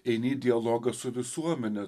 eini dialogą su visuomene